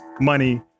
money